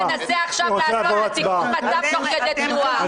אתה פשוט מנסה עכשיו לעשות תיקון מצב תוך כדי תנועה.